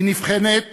היא נבחנת